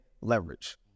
leverage